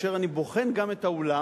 כאשר אני בוחן גם את האולם